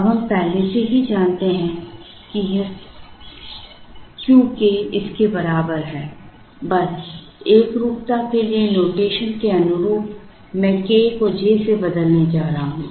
अब हम पहले से ही जानते हैं कि यह Q k इस के बराबर है बस एकरूपता के लिए नोटेशन के अनुरूप मैं k को j से बदलने जा रहा हूं